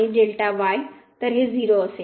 तर हे 0 असेल